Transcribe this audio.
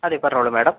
അതെ പറഞ്ഞോളൂ മാഡം